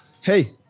Hey